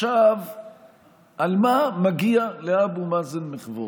על מה מגיע לאבו מאזן מחוות,